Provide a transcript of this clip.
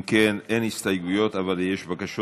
אם כן, אין הסתייגויות, אבל יש בקשות